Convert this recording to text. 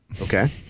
Okay